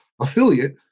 affiliate